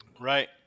right